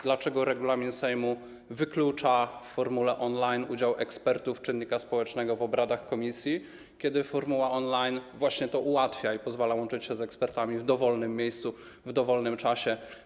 Dlaczego regulamin Sejmu wyklucza w formule on-line udział ekspertów, czynnika społecznego w obradach komisji, kiedy formuła on-line właśnie to ułatwia i pozwala łączyć się z ekspertami w dowolnym miejscu w dowolnym czasie?